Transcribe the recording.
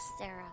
Sarah